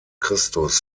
christus